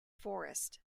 forest